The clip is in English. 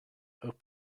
opened